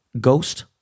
Ghost